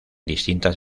distintas